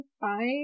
five